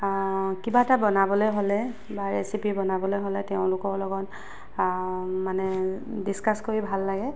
কিবা এটা বনাবলৈ হ'লে বা ৰেচিপি বনাবলৈ হ'লে তেওঁলোকৰ লগত মানে ডিছকাছ কৰি ভাল লাগে